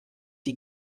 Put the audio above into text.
die